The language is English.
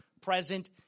present